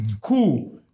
cool